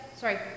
sorry